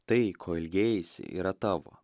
tai ko ilgėjaisi yra tavo